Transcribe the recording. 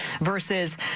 versus